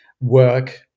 work